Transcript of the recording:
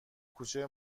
کوچه